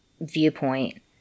viewpoint